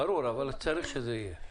ברור, אבל צריך שזה יהיה.